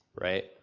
right